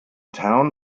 town